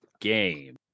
game